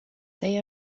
they